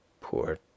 Poor